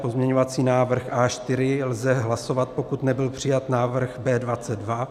Pozměňovací návrh A4 lze hlasovat, pokud nebyl přijat návrh B22.